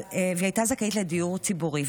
היא הייתה זכאית דיור ציבורי,